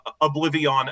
Oblivion